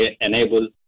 enable